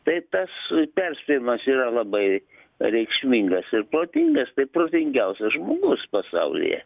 tai tas perspėjimas yra labai reikšmingas ir protingas tai protingiausias žmogus pasaulyje